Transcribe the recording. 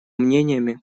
мнениями